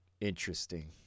Interesting